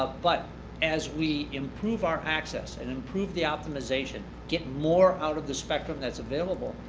but as we improve our access and improve the optimization, get more out of the spectrum that's available,